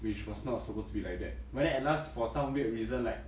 which was not supposed to be like that but then at last for some weird reason like